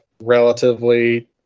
relatively